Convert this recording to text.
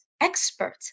Expert